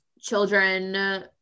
children